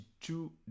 two